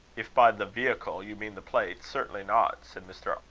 if by the vehicle you mean the plate, certainly not, said mr.